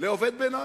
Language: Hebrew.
לעובד בן-עמי.